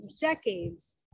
decades